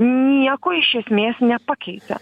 nieko iš esmės nepakeitė